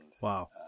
Wow